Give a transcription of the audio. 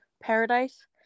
Paradise